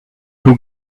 who